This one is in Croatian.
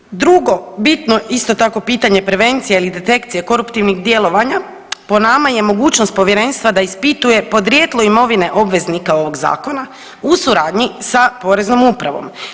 Dakle, drugo bitno isto tako pitanje prevencije ili detekcije koruptivnih djelovanja po nama je mogućnost povjerenstva da ispituje podrijetlo imovine obveznika ovog zakona u suradnji sa Poreznom upravom.